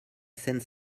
seine